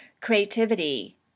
creativity